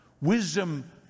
Wisdom